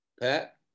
Pat